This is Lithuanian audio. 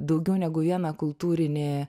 daugiau negu vieną kultūrinį